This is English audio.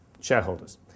shareholders